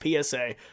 PSA